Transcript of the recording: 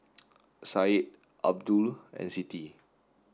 Said Abdul and Siti